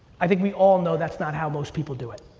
i think we all know that's not how most people do it.